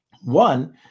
One